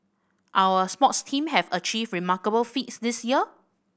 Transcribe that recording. our sports teams have achieved remarkable feats this year